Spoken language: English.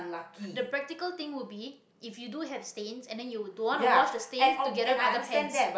the practical thing would be if you do have stains and then you don't want to wash the stains together with other pants